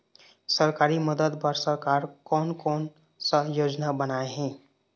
सरकारी मदद बर सरकार कोन कौन सा योजना बनाए हे?